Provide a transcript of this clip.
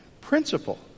principle